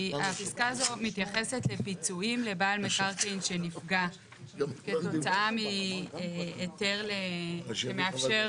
כי הפסקה הזו מתייחסת לפיצויים לבעל מקרקעין שנפגע כתוצאה מהיתר שמאפשר